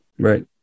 Right